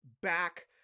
back